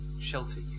shelter